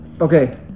okay